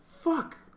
Fuck